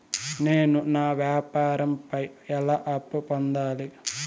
నేను నా వ్యాపారం పై ఎలా అప్పు పొందాలి?